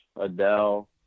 Adele